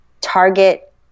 target